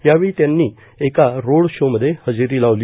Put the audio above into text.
यावेळी त्यांनी एका रोड शोमध्ये हजेरी लावली